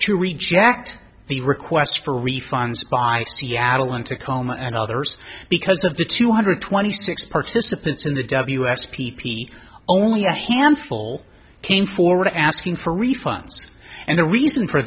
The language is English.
to reject the request for refunds by seattle and tacoma and others because of the two hundred twenty six participants in the ws p p only a handful came forward asking for refunds and the reason for